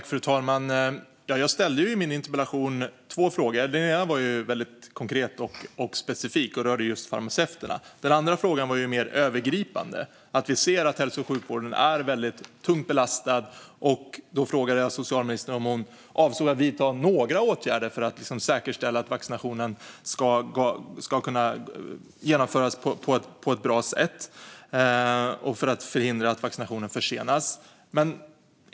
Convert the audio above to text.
Fru talman! Jag ställde i min interpellation två frågor. Den ena var väldigt konkret och specifik och rörde just farmaceuter. Den andra frågan var mer övergripande, att vi ser att hälso och sjukvården är tungt belastad, och då frågade jag socialministern om hon avsåg att vidta några åtgärder för att säkerställa att vaccinationer kan genomföras på ett bra sätt för att förhindra försening.